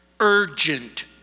urgent